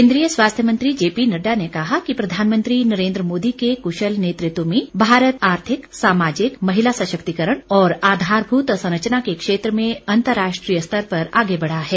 केंद्रीय स्वास्थ्य मंत्री जेपी नड़डा ने कहा कि प्रधानमंत्री नरेंद्र मोदी के क्शल नेतृत्व में भारत आर्थिक सामाजिक महिला सशक्तिकरण और आधारभूत संरचना के क्षेत्र में अंतर्राष्ट्रीय स्तर पर आगे बढ़ा है